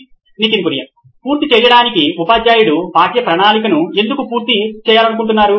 Nitin Kurian COO నోయిన్ electronics పూర్తి చేయడానికి ఉపాధ్యాయుడు పాఠ్య ప్రణాళికను ఎందుకు పూర్తి చేయాలనుకుంటున్నారు